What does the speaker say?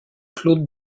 claude